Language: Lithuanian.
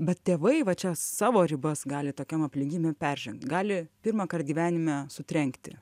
bet tėvai va čia savo ribas gali tokiom aplinkybėm peržengt gali pirmąkart gyvenime sutrenkti